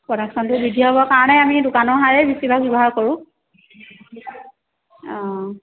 প্ৰডাকশ্যনটো বৃদ্ধি হ'ব কাৰণে আমি দোকানৰ সাৰেই বেছিভাগ ব্যৱহাৰ কৰোঁ অঁ